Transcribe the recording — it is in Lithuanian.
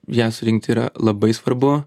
ją surinkti yra labai svarbu